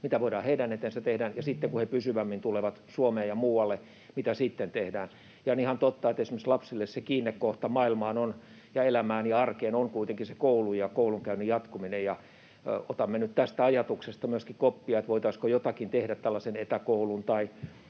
mitä voidaan heidän eteensä tehdä. Ja sitten, kun he pysyvämmin tulevat Suomeen ja muualle, mitä sitten tehdään. Ja on ihan totta, että esimerkiksi lapsille se kiinnekohta maailmaan ja elämään ja arkeen on kuitenkin se koulu ja koulunkäynnin jatkuminen, ja otamme nyt tästä ajatuksesta myöskin koppia, että voitaisiinko jotakin tehdä tällaisen etäkoulun tai